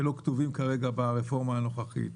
שלא כתובים כרגע ברפורמה הנוכחית.